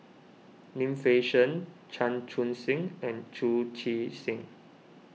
Lim Fei Shen Chan Chun Sing and Chu Chee Seng